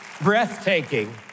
breathtaking